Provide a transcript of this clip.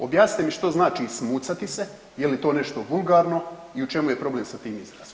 Objasnite mi što znači smucati se, je li to nešto vulgarno i u čemu je problem sa tim izrazom?